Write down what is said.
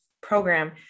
program